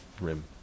rim